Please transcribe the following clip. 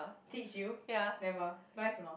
teach you never nice or not